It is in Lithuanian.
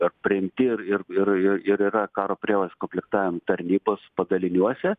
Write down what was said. ar priimti ir ir ir ir yra karo prievolės komplektavimo tarnybos padaliniuose